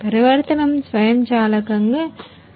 పరివర్తనం స్వయంచాలకంగా జరగబోతోంది